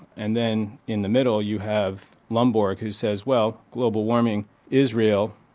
and then in the middle you have lomborg who says, well, global warming is real,